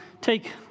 take